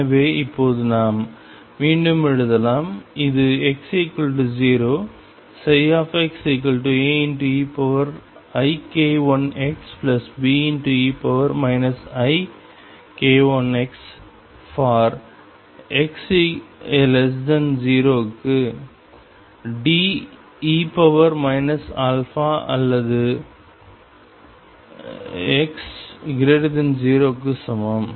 எனவே இப்போது நாம் மீண்டும் எழுதலாம் இது x0 xAeik1xBe ik1x for x0 க்கு D e αx அல்லது x0 க்கு சமம்